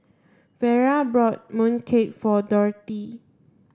Vara bought mooncake for Dorthey